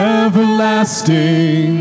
everlasting